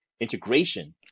integration